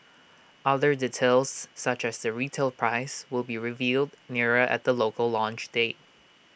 other details such as the retail price will be revealed nearer at the local launch date